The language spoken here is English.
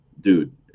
dude